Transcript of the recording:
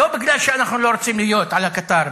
לא בגלל שאנחנו לא רוצים להיות על הקטר,